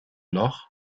loch